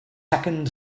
second